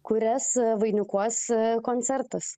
kurias vainikuos koncertas